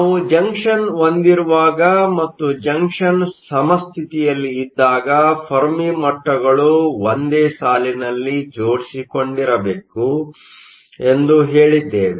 ನಾವು ಜಂಕ್ಷನ್ ಹೊಂದಿರುವಾಗ ಮತ್ತು ಜಂಕ್ಷನ್ ಸಮಸ್ಥಿತಿಯಲ್ಲಿದ್ದಾಗ ಫೆರ್ಮಿ ಮಟ್ಟಗಳು ಒಂದೇ ಸಾಲಿನಲ್ಲಿ ಜೊಡಿಸಿಕೊಂಡಿರಬೇಕು ಎಂದು ಹೇಳಿದ್ದೇವೆ